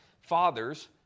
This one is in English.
fathers